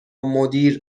مدیر